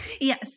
Yes